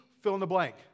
fill-in-the-blank